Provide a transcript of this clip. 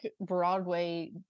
Broadway